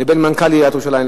לבין מנכ"ל עיריית ירושלים,